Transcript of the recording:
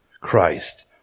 Christ